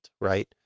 right